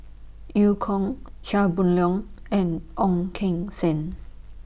EU Kong Chia Boon Leong and Ong Keng Sen